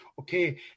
okay